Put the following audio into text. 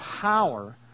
power